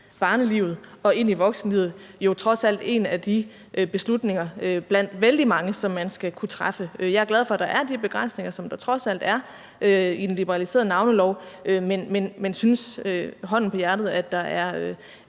børnelivet og ind i voksenlivet. Det er jo trods alt en af de beslutninger blandt vældig mange, som man skal kunne træffe. Jeg er glad for, at der er de begrænsninger, som der trods alt er, i den liberaliserede navnelov, men jeg synes – hånden på hjertet – at der er